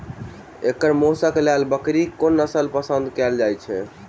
एकर मौशक लेल बकरीक कोन नसल पसंद कैल जाइ छै?